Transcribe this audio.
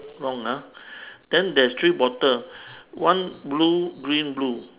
wrong ah then there's three bottle one blue green blue